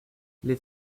les